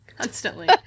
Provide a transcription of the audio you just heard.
Constantly